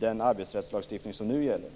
den arbetsrättslagstiftning som nu gäller.